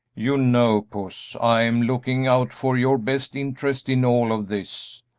you know, puss, i am looking out for your best interests in all of this,